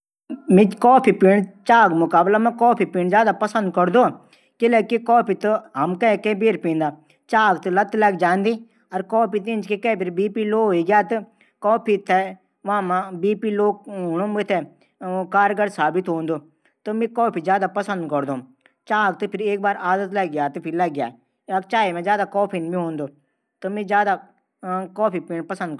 भारत संस्कृति मां विश्व जू प्राचीन संस्कृति मा भारत कू पैली स्थान छाई भारत संसार मा प्रचीन विशाल देश राई। यख तक ऋषि मुनियों न पर्वतों गुफो मा बैठिक ज्ञान प्राप्त कारी। वे ज्ञान से भारत संस्कृति प्रकाशित हवाई।